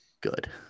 good